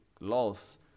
laws